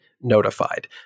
notified